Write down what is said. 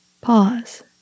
pause